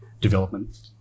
development